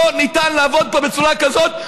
לא ניתן לעבוד פה בצורה כזאת.